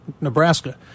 Nebraska